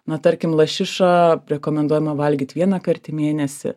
na tarkim lašišą rekomenduojama valgyt vieną kart į mėnesį